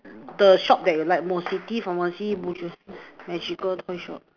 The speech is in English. the shop that you liked most city pharmacy magical toy shop